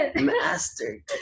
Master